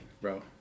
Bro